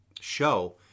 show